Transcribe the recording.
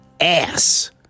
ass